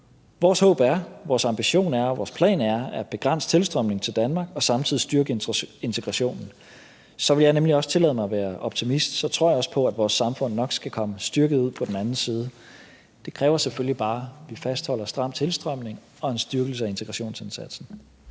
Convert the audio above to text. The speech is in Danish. Vores håb, vores ambition og vores plan er at begrænse tilstrømningen til Danmark og samtidig styrke integrationen. Så vil jeg nemlig også tillade mig at være optimist, for så tror jeg også på, at vores samfund nok skal komme styrket ud på den anden side. Det kræver selvfølgelig bare, at vi fastholder en stram tilstrømning og en styrkelse af integrationsindsatsen.